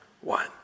one